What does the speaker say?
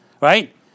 Right